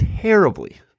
terribly